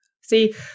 See